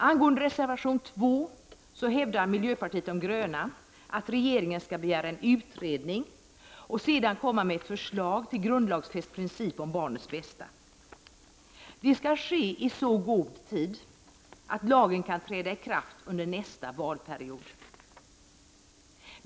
Angående reservation nr 2 hävdar miljöpartiet de gröna att regeringen skall begära en utredning och sedan komma med förslag till en grundlagsfäst princip om barnets bästa. Det skall ske i så god tid att lagen kan träda i kraft under nästa valperiod.